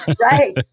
Right